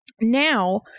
now